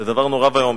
זה דבר נורא ואיום.